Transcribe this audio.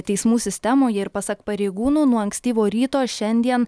teismų sistemoje ir pasak pareigūnų nuo ankstyvo ryto šiandien